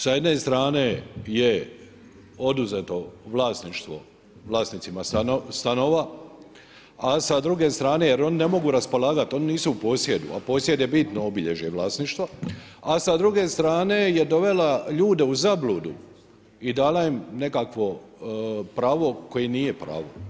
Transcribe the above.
Sa jedne strane je oduzeto vlasništvo vlasnicima stanova jer oni ne mogu raspolagati, oni nisu u posjedu a posjed je bitno obilježje vlasništva, a sa druge strane je dovela ljude u zabludu i dala im nekakvo pravo koje nije pravo.